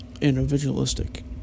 individualistic